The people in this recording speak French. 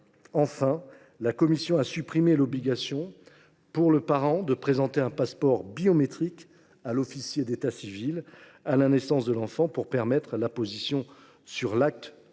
lieu, la commission a supprimé l’obligation pour le parent de présenter un passeport biométrique à l’officier d’état civil à la naissance de l’enfant, pour permettre l’apposition sur l’acte